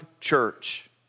church